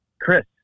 Chris